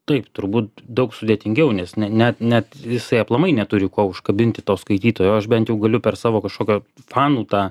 taip turbūt daug sudėtingiau nes ne net net jisai aplamai neturi kuo užkabinti to skaitytojo aš bent jau galiu per savo kažkokio fanų tą